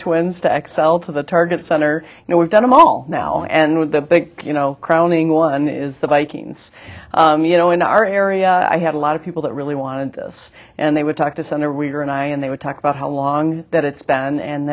twins to x l to the target center you know we've done a mall now and with the big you know crowning one is the vikings you know in our area i had a lot of people that really wanted this and they would talk to senator wicker and i and they would talk about how long that it's been and